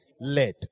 led